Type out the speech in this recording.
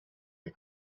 the